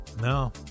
no